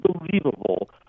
unbelievable